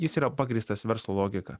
jis yra pagrįstas verslo logika